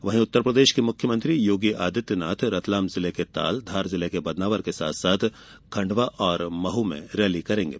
वहीं उत्तरप्रदेश के मुख्यमंत्री योगी आदित्यनाथ रतलाम जिले के ताल धार जिले के बदनावर खंडवा और महू में रैली करेंगे